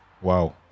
Wow